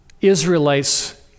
Israelites